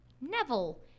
Neville